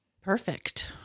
perfect